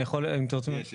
זה קיים.